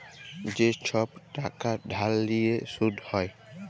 যে ছব টাকা ধার লিঁয়ে সুদ হ্যয়